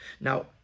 now